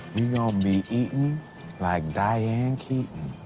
be eatin' like diane keaton.